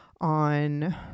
on